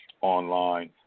online